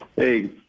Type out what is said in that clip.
Hey